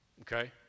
Okay